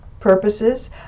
purposes